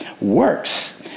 works